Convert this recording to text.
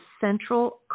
central